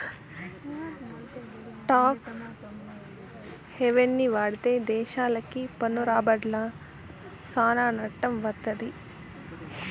talks హెవెన్ని వాడితే దేశాలకి పన్ను రాబడ్ల సానా నట్టం వత్తది